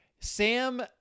Sam